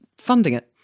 funding it.